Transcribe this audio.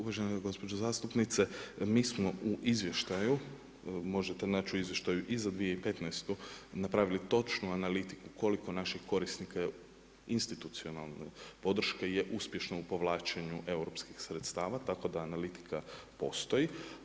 Uvažena gospođo zastupnice, mi smo u izvještaju, možete naći u izvještaju i za 2015. napravili točnu analitiku koliko naših korisnika je, institucionalne podrške je uspješno u povlačenju europskih sredstava tako da analitika postoji.